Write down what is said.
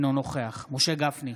אינו נוכח משה גפני,